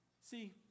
See